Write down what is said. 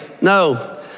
No